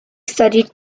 studied